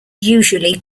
usually